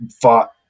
fought